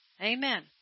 Amen